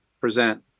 present